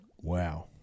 Wow